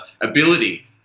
ability